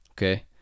Okay